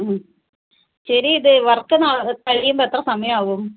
ശരി ഇത് വർക്ക് നാ കഴിയുമ്പോൾ ഇത് എത്ര സമയം ആകും